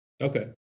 Okay